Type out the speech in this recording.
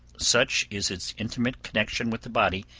such is its intimate connection with the body,